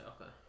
okay